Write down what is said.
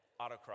Autocross